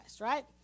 right